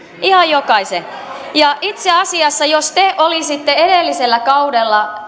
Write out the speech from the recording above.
ihan jokaisen itse asiassa jos te sosialidemokraatit valtiovarainministeripuolueena olisitte edellisellä kaudella